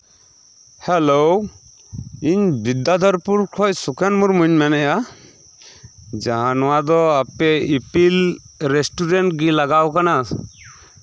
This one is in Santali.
ᱦᱮᱞᱳ ᱤᱧ ᱵᱤᱫᱽᱫᱟᱫᱷᱚᱨᱯᱩᱨ ᱠᱷᱚᱱ ᱤᱧ ᱥᱩᱠᱷᱮᱱ ᱢᱩᱨᱢᱩᱧ ᱞᱟᱹᱭᱮᱫᱟ ᱱᱚᱣᱟ ᱫᱚ ᱟᱯᱮ ᱤᱯᱤᱞ ᱨᱮᱥᱴᱩᱨᱮᱱᱴ ᱜᱮ ᱞᱟᱜᱟᱣ ᱠᱟᱱᱟ